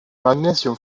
magnesium